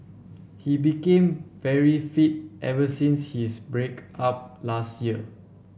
he became very fit ever since his break up last year